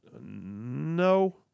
no